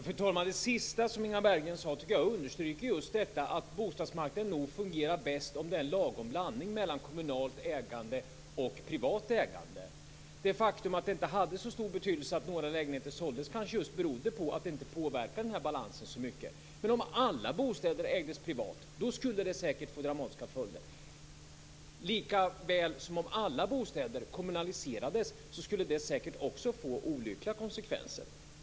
Fru talman! Det sista som Inga Berggren sade tycker jag understryker att bostadsmarknaden nog fungerar bäst om det är lagom blandning mellan kommunalt ägande och privat ägande. Det faktum att det inte hade så stor betydelse att några lägenheter såldes kanske berodde på att det inte påverkade balansen så mycket. Men om alla bostäder ägdes privat skulle det säkert få dramatiska följder. Likaväl skulle det säkert få olyckliga konsekvenser om alla kommunala bostäder kommunaliserades.